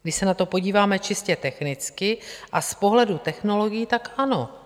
Když se na to podíváme čistě technicky a z pohledu technologií, tak ano.